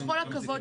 בכל הכבוד,